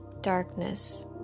darkness